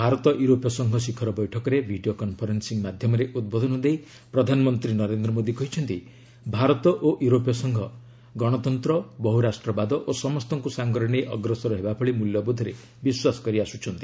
ଭାରତ ୟରୋପୀୟ ସଂଘ ଶିଖର ବୈଠକରେ ଭିଡ଼ିଓ କନଫରେନ୍ନିଂ ମାଧ୍ୟମରେ ଉଦ୍ବୋଧନ ଦେଇ ପ୍ରଧାନମନ୍ତ୍ରୀ ନରେନ୍ଦ୍ର ମୋଦୀ କହିଛନ୍ତି ଭାରତ ଓ ୟୁରୋପୀୟ ସଂଘ ଗଣତନ୍ତ୍ର ବହୁରାଷ୍ଟ୍ରବାଦ ଓ ସମସ୍ତଙ୍କୁ ସାଙ୍ଗରେ ନେଇ ଅଗ୍ରସର ହେବା ଭଳି ମୂଲ୍ୟବୋଧରେ ବିଶ୍ୱାସ କରି ଆସୁଛନ୍ତି